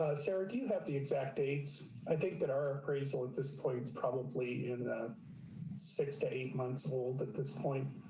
sarah, do you have the exact dates. i think that our appraisal. at this point, probably in the six to eight months old at this point.